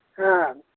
ꯑꯥ